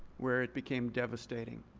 where it became devastating.